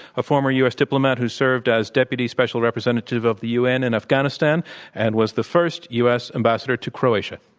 a former u. s. diplomat who served as deputy special representative of the u. n. and afghanistan and was the first u. s. ambassador to croatia.